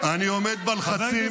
מי אומר את זה?